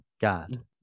God